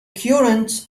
current